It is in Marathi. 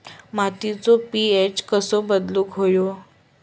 मातीचो पी.एच कसो बदलुक होयो?